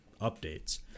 updates